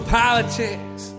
politics